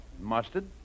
Mustard